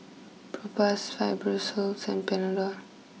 Propass Fibrosol and Panadol